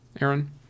Aaron